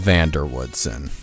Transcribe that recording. Vanderwoodson